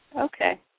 Okay